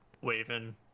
waving